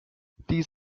dies